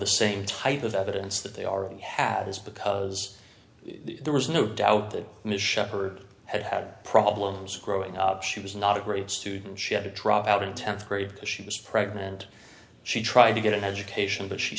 the same type of evidence that they already have is because there was no doubt that ms shepard had had problems growing up she was not a great student ship to drop out in th grade because she was pregnant she tried to get an education but she